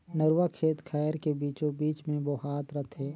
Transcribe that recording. नरूवा खेत खायर के बीचों बीच मे बोहात रथे